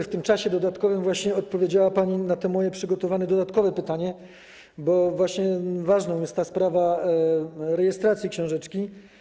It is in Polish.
W tym czasie dodatkowym odpowiedziała pani na moje przygotowane dodatkowe pytania, bo właśnie ważna jest ta sprawa rejestracji książeczki.